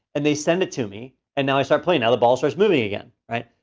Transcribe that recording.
and they send it to me, and now i start playing, now the ball starts moving again, right?